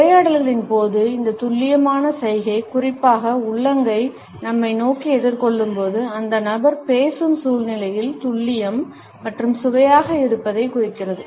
உரையாடல்களின் போது இந்த துல்லியமான சைகை குறிப்பாக உள்ளங்கை நம்மை நோக்கி எதிர்கொள்ளும்போது அந்த நபர் பேசும் சூழ்நிலையின் துல்லியம் மற்றும் சுவையாக இருப்பதைக் குறிக்கிறது